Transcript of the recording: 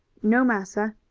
no, massa.